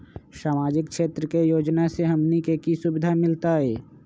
सामाजिक क्षेत्र के योजना से हमनी के की सुविधा मिलतै?